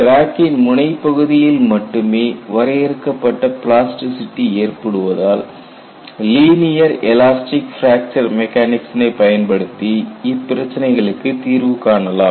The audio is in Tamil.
கிராக்கின் முனைப்பகுதியில் மட்டுமே வரையறுக்கப்பட்ட பிளாஸ்டிசிட்டி ஏற்படுவதால் லீனியர் எலாஸ்டிக் பிராக்சர் மெக்கானிக்சினை பயன்படுத்தி இப்பிரச்சனைகளுக்கு தீர்வு காணலாம்